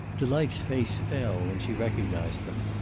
delight's face fell when she recognized them.